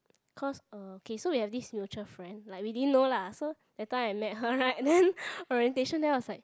because uh so we have this mutual friend like we didn't know lah so that time I met her right and then orientation then was like